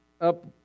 up